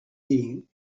gene